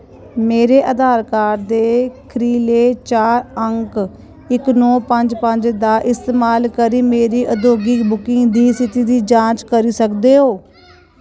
मेरे आधार कार्ड दे खीरले चार अंक इक नौ पंज पंज दा इस्तेमाल करी मेरी उद्योगिक बुकिंग दी स्थिति दी जांच करी सकदे ओ